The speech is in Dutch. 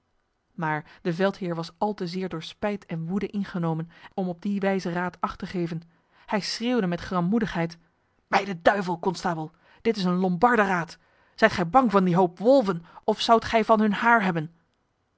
maar de veldheer was al te zeer door spijt en woede ingenomen om op die wijze raad acht te geven hij schreeuwde met grammoedigheid bij de duivel konstabel dit is een lombardenraad zijt gij bang van die hoop wolven of zoudt gij van hun haar hebben